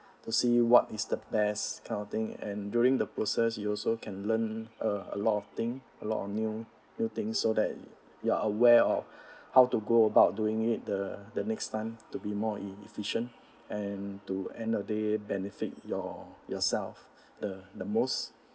to see what is the best kind of thing and during the process you also can learn a a lot of thing a lot of new things so that you are aware of how to go about doing it the the next time to be more efficient and to end the day benefit your~ yourself the the most